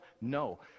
No